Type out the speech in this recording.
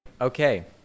okay